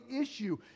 issue